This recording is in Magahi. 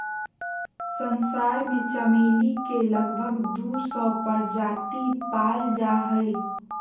संसार में चमेली के लगभग दू सौ प्रजाति पाल जा हइ